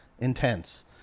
intense